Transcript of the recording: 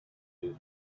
his